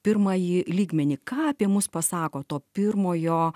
pirmąjį lygmenį ką apie mus pasako to pirmojo